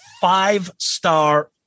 five-star